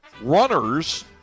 runners